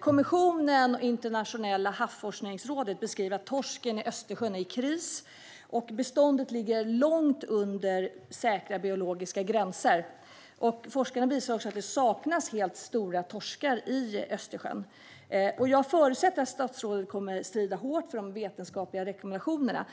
Kommissionen och Internationella havsforskningsrådet beskriver att torsken i Östersjön är i kris. Beståndet ligger långt under säkra biologiska gränser. Forskarna visar också att det helt saknas stora torskar i Östersjön. Jag förutsätter att statsrådet kommer att strida hårt för de vetenskapliga rekommendationerna.